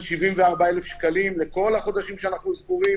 74,000 שקלים לכל החודשים שאנחנו סגורים